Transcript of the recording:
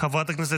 חבר הכנסת